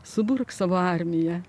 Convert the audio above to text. suburk savo armiją